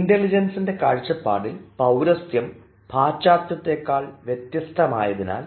ഇൻറലിജൻസിൻറെ കാഴ്ചപ്പാടിൽ പൌരസ്ത്യം പാശ്ചാത്യത്തേക്കാൾ വ്യത്യസ്തമായതിനാൽ